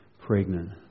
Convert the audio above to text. pregnant